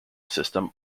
system